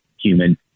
human